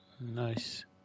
Nice